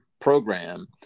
program